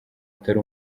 atari